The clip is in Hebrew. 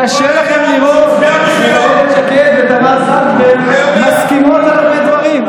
קשה לכם לראות את אילת שקד ותמר זנדברג מסכימות על הרבה דברים.